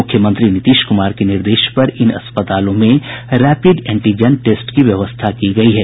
मुख्यमंत्री नीतीश कुमार के निर्देश पर इन अस्पतालों में रैपिड एंटीजन टेस्ट की व्यवस्था की गयी है